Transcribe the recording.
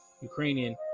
ukrainian